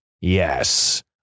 Yes